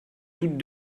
toutes